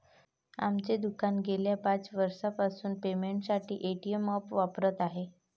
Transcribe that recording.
आमचे दुकान गेल्या पाच वर्षांपासून पेमेंटसाठी पेटीएम ॲप वापरत आहे